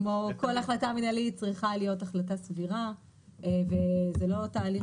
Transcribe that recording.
כמו כל החלטה מנהלית צריכה להיות החלטה סבירה וזה לא תהליך